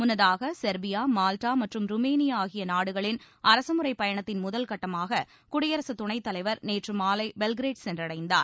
முன்னதாக Serbia Malta மற்றும் Romania ஆகிய நாடுகளின் அரசு முறை பயணத்தின் முதல் கட்டமாக குடியரகத் துணைத் தலைவர் நேற்று மாலை பெல்கிரேட் சென்றடைந்தார்